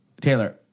taylor